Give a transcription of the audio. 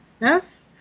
yes